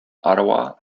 ottawa